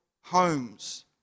homes